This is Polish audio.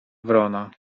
wrona